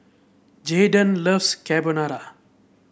Jaidyn loves Carbonara